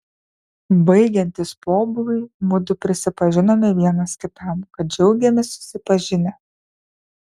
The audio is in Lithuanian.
baigiantis pobūviui mudu prisipažinome vienas kitam kad džiaugėmės susipažinę